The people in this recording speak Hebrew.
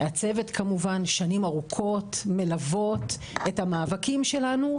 הצוות כמובן שנים ארוכות מלוות את המאבקים שלנו,